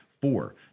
Four